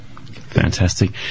fantastic